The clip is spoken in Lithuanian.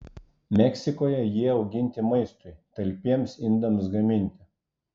meksikoje jie auginti maistui talpiems indams gaminti